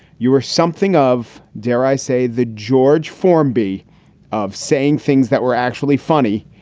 you were something of, dare i say, the george formby of saying things that were actually funny,